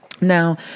Now